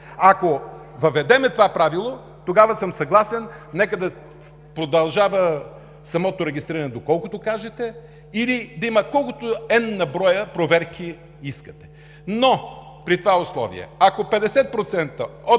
Ако въведем това правило, тогава съм съгласен да продължава самото регистриране до колкото кажете, или да има колкото n броя проверки искате, но при това условие – ако 50% от